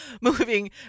moving